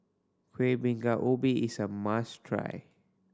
Kueh Bingka Ubi is a must try